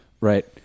Right